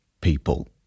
people